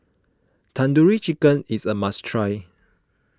Tandoori Chicken is a must try